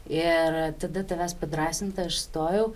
ir tada tavęs padrąsinta aš stojau